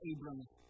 Abram's